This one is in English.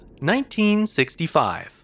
1965